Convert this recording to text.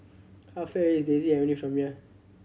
how far is Daisy Avenue from here